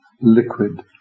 liquid